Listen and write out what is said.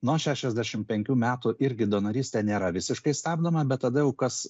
nuo šešiasdešim penkių metų irgi donorystė nėra visiškai stabdoma bet tada jau kas